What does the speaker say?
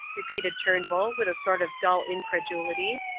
repeated turnbull, with a sort of dull incredulity.